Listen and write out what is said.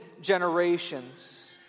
generations